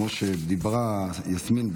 כמו שדיברה יסמין,